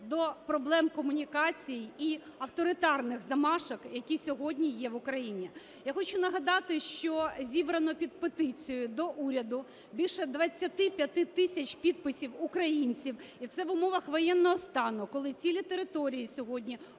до проблем комунікацій і авторитарних замашок, які сьогодні є в Україні. Я хочу нагадати, що зібрано під петицію до уряду більше 25 тисяч підписів українців, і це в умовах воєнного стану, коли цілі території сьогодні обмежені